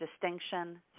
distinction